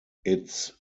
its